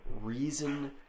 reason